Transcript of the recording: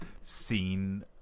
seen